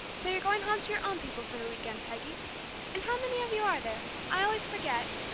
so you're going home to your own people for the week end, peggy and how many of you are there i always forget?